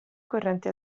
correnti